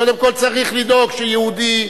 קודם כול צריך לדאוג שיהודי,